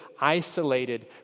isolated